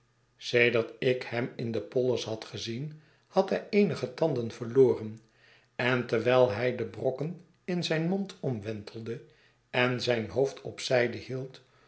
sedert ik hem in de polders had gezien had hij eenige tanden verloren en terwijl hij de brokken in zijn mond omwentelde en zijn hoofd op zijde hield